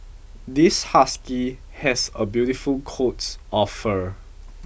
this husky has a beautiful coat of fur